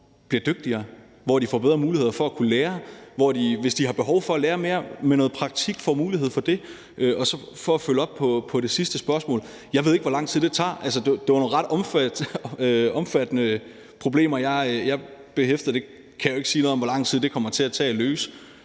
bliver dygtigere, hvor de får bedre muligheder for at kunne lære, og hvor de, hvis de har behov for at lære mere med noget praktik, får mulighed for det. Og for at følge op på det sidste spørgsmål vil jeg sige, at jeg ikke ved, hvor lang tid det tager. Altså, det er jo nogle ret omfattende problemer. Det kan jeg ikke sige noget om hvor lang tid kommer til at tage at løse,